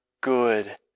good